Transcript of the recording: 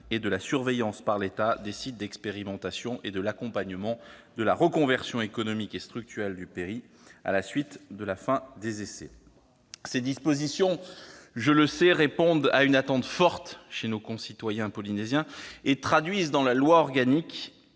et de la surveillance par l'État des sitesd'expérimentation et de l'accompagnement de la reconversionéconomique et structurelle du pays à la suite de la fin des essais. Ces dispositions, je le sais, répondent à une attente fortede nos concitoyens polynésiens et traduisent dans la loiorganique